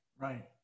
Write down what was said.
Right